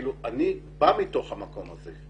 אני בא מתוך המקום הזה.